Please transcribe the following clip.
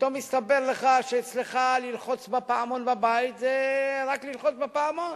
פתאום מסתבר לך שאצלך ללחוץ על הפעמון בבית זה רק ללחוץ על הפעמון,